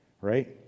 Right